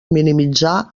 minimitzar